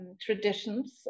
traditions